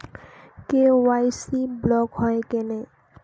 KYC block হয় কেনে?